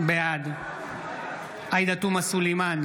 בעד גלעד קריב, נגד שלמה קרעי,